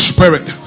Spirit